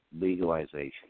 legalization